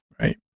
right